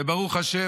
וברוך השם,